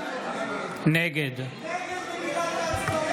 נגד נגד מגילת העצמאות.